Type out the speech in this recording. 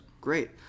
Great